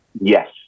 Yes